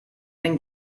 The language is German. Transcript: bin